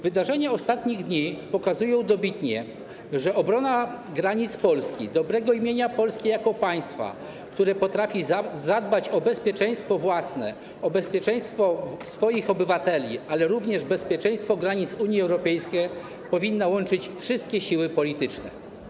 Wydarzenia ostatnich dni pokazują dobitnie, że obrona granic Polski, dobrego imienia Polski jako państwa, które potrafi zadbać o bezpieczeństwo własne, o bezpieczeństwo swoich obywateli, ale również bezpieczeństwo granic Unii Europejskiej, powinna łączyć wszystkie siły polityczne.